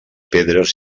pedres